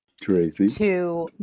Tracy